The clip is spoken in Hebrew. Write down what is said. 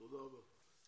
תודה רבה.